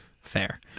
Fair